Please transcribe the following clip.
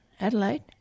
Adelaide